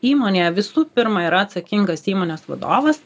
įmonėje visų pirma yra atsakingas įmonės vadovas